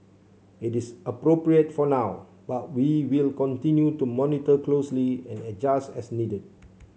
it is appropriate for now but we will continue to monitor closely and adjust as needed